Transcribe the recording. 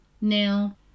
Now